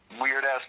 weird-ass